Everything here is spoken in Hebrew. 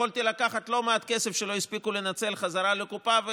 יכולתי לקחת לא מעט כסף שלא הספיקו לנצל בחזרה לקופה.